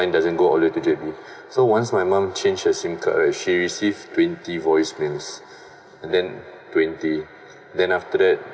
line doesn't go all way to J_B so once my mom change her sim card right she received twenty voice mail and then twenty then after that